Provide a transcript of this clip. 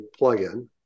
plugin